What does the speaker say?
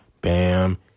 Bam